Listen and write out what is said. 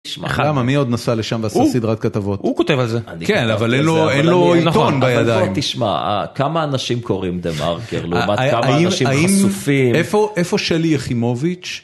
שמע, למה מי עוד נסע לשם ועשה הוא סדרת כתבות? הוא כותב על זה. כן, אבל אין לו עיתון בידיים. אבל פה תשמע, כמה אנשים קוראים דה מרקר, לעומת כמה אנשים חשופים. איפה שלי יחימוביץ'?